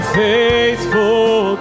faithful